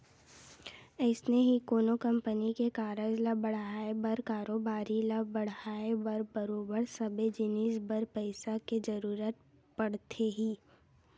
अइसने ही कोनो कंपनी के कारज ल बड़हाय बर कारोबारी ल बड़हाय बर बरोबर सबे जिनिस बर पइसा के जरुरत पड़थे ही